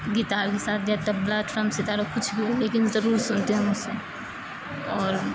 guitar کے ساتھ یا طبلہ ٹرمپ ستارہ کچھ بھی ہو لیکن ضرور سنتے ہیں مجھ سے اور